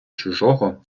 чужого